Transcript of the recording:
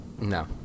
No